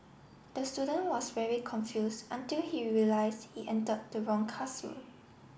the student was very confused until he realised he entered the wrong classroom